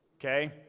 okay